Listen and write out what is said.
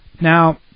Now